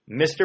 Mr